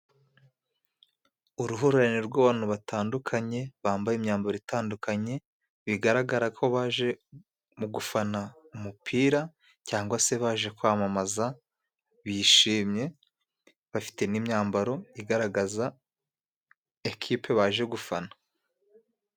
Uruhurirane rw'abantu batandukanye ,bambaye imyambaro itandukanye ,bigaragara ko baje mu gufana umupira ,cyangwa se baje kwamamaza bishimye bafite n'imyambaro igaragaza ikipe baje gufana.